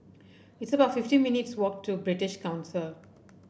it's about fifty minutes' walk to British Council